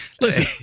Listen